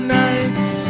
nights